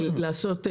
לעבוד